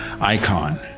icon